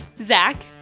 Zach